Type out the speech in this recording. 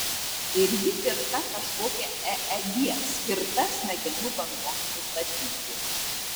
ir ji tirta kažkokia eeg skirta smegenų bangoms nustatyti